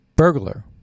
burglar